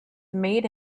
made